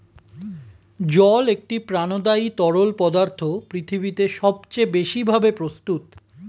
জল একটি প্রাণদায়ী তরল পদার্থ পৃথিবীতে সবচেয়ে বেশি ভাবে প্রস্তুত